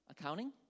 Accounting